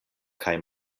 kaj